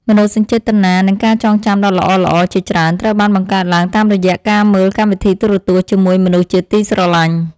មនោសញ្ចេតនានិងការចងចាំដ៏ល្អៗជាច្រើនត្រូវបានបង្កើតឡើងតាមរយៈការមើលកម្មវិធីទូរទស្សន៍ជាមួយមនុស្សជាទីស្រឡាញ់។